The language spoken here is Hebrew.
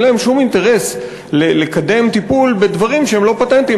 אין להן שום אינטרס לקדם טיפול בדברים שהם לא פטנטים,